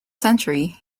century